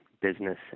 business